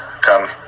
come